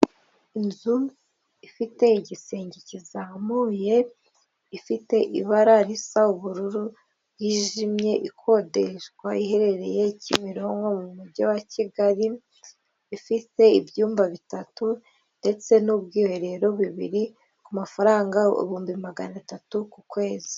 Inzu ifite igisenge kizamuye, ifite ibara risa ubururu bwijimye, ikodeshwa, iherereye Kimironko, mu mujyi wa Kigali, ifite ibyumba bitatu ndetse n'ubwiherero bibiri, ku mafaranga ibihumbi magana atatu ku kwezi.